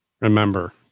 Remember